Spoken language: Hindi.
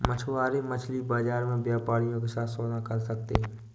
मछुआरे मछली बाजार में व्यापारियों के साथ सौदा कर सकते हैं